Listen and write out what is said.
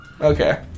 Okay